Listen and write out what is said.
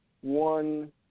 one